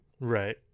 right